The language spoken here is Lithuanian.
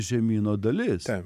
žemyno dalis